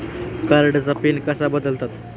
कार्डचा पिन कसा बदलतात?